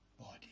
body